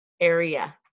area